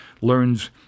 learns